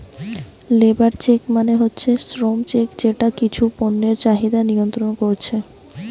labour check মানে হচ্ছে শ্রম চেক যেটা কিছু পণ্যের চাহিদা নিয়ন্ত্রণ কোরছে